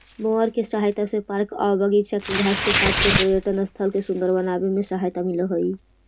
mower के सहायता से पार्क आऊ बागिचा के घास के काट के पर्यटन स्थल के सुन्दर बनावे में सहायता मिलऽ हई